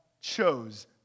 chose